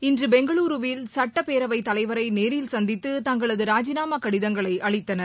இன்று பெங்களூருவில் சட்டப் பேரவைத் தலைவரை நேரில் சந்தித்து தங்களது ராஜினாமா கடி தங்களை அளிக்கனர்